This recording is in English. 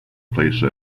place